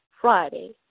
Friday